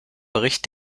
bericht